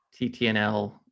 ttnl